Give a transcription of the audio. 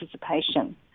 participation